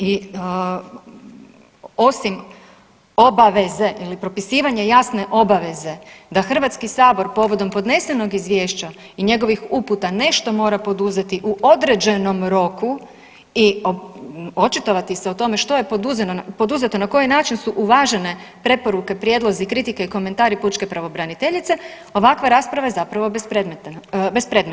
I osim obaveze ili propisivanje jasne obaveze, da Hrvatski sabor povodom podnesenog izvješća i njegovih uputa nešto mora poduzeti u određenom roku i očitovati se o tome što je poduzeto, na koji način su uvažene preporuke, prijedlozi, kritike i komentari pučke pravobraniteljice ovakva rasprava je zapravo bespredmetna.